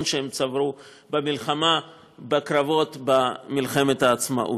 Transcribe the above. שהם צברו במלחמה בקרבות במלחמת העצמאות.